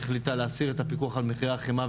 החליטה להסיר את הפיקוח על מחירי החמאה,